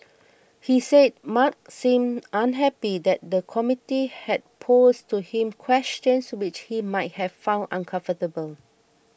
he said Mark seemed unhappy that the committee had posed to him questions which he might have found uncomfortable